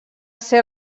ser